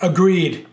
Agreed